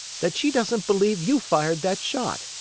that she doesn't believe you fired that shot,